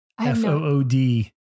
F-O-O-D